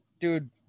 dude